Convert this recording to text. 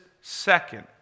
second